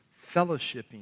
fellowshipping